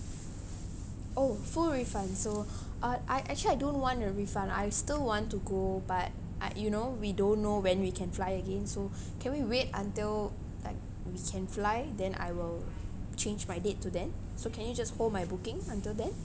oh full refund so uh I actually I don't want a refund I still want to go but I you know we don't know when we can fly again so can we wait until like we can fly then I will change my date to then so can you just hold my booking until then